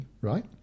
right